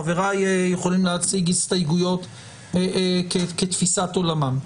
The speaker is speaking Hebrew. חבריי יכולים להציג הסתייגויות כתפיסת עולמם.